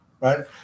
right